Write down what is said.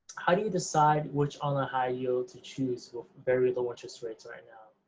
how do you decide which online high-yield to choose with very low interest rates right now?